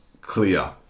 clear